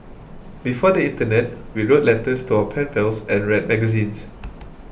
before the internet we wrote letters to our pen pals and read magazines